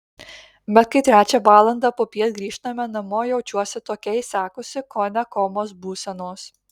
bet kai trečią valandą popiet grįžtame namo jaučiuosi tokia išsekusi kone komos būsenos